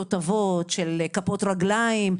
תותבות וכפות רגליים.